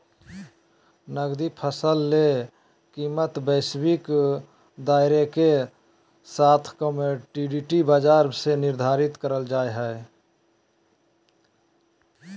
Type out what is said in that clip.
नकदी फसल ले कीमतवैश्विक दायरेके साथकमोडिटी बाजार में निर्धारित करल जा हइ